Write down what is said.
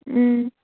اۭں